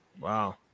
Wow